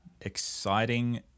exciting